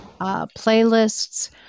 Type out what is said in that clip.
playlists